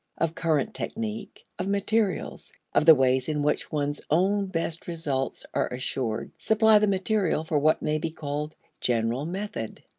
of current technique, of materials, of the ways in which one's own best results are assured, supply the material for what may be called general method.